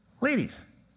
Ladies